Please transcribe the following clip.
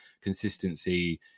consistency